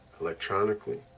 electronically